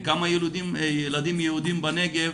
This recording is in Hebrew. כמה ילדים יהודים בנגב,